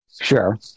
Sure